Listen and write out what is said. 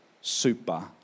super